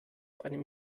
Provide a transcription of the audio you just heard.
einem